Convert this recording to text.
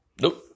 Nope